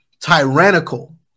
Tyrannical